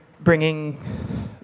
bringing